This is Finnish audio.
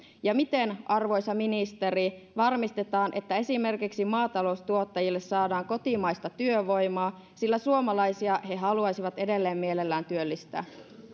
ja miten arvoisa ministeri varmistetaan että esimerkiksi maataloustuottajille saadaan kotimaista työvoimaa sillä suomalaisia he he haluaisivat edelleen mielellään työllistää